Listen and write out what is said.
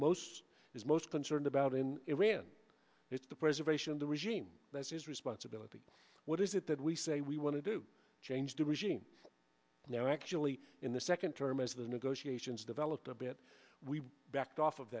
most is most concerned about in iran it's the preservation of the regime that's his responsibility what is it that we say we want to do change the regime now actually in the second term as the negotiations developed a bit we backed off of